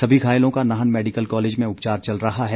सभी घायलों का नाहन मैडिकल कॉलेज में उपचार चल रहा है